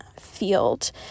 field